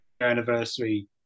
anniversary